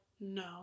no